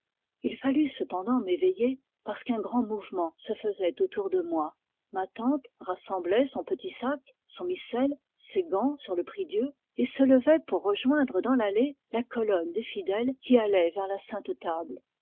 il fallut cependant m'éveiller parce qu'un grand mouvement se faisait autour de moi ma tante rassemblait son petit sac son missel ses gants sur le prie-dieu et se levait pour rejoindre dans l'allée la colonne des fidèles qui allaient vers la